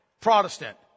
Protestant